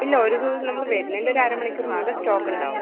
ഇല്ല ഒര് ദിവസം നമ്മള് വരുന്നതിന്റെ ഒര് അര മണിക്കൂറ് മുമ്പ് ഇവിട സ്റ്റോക്ക് ഉണ്ടാവും